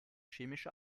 chemische